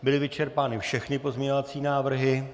Byly vyčerpány všechny pozměňovací návrhy?